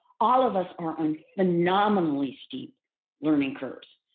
all of us are on phenomenally steep learning curves